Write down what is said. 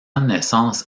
naissance